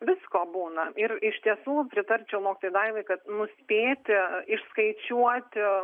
visko būna ir iš tiesų pritarčiau mokytojai daivai kad nuspėti išskaičiuoti